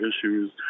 issues